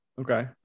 Okay